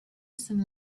some